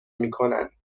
میکنند